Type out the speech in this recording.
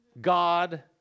God